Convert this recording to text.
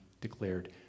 declared